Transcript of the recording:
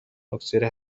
اکسیر